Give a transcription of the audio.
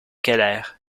keller